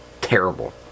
terrible